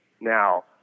Now